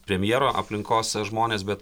premjero aplinkos žmones bet